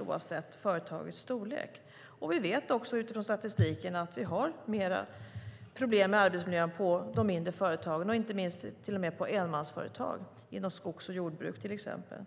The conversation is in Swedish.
oavsett företagets storlek. Av statistiken vet vi att vi har mer problem med arbetsmiljön på de mindre företagen, inte minst på enmansföretag inom skogs och jordbruk till exempel.